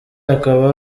akaba